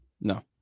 No